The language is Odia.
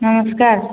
ନମସ୍କାର